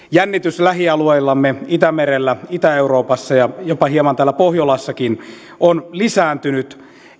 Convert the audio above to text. jännitys lähialueillamme itämerellä itä euroopassa ja jopa hieman täällä pohjolassakin on lisääntynyt